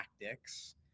tactics